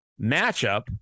matchup